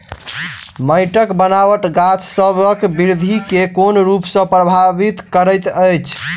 माइटक बनाबट गाछसबक बिरधि केँ कोन रूप सँ परभाबित करइत अछि?